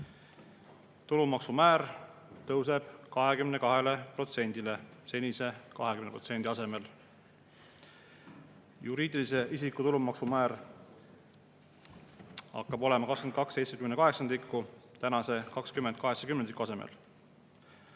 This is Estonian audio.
Tulumaksumäär tõuseb 22%‑le, seni 20%. Juriidilise isiku tulumaksumäär hakkab olema 22/78 tänase 20/80 asemel.